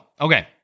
okay